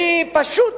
שהיא פשוט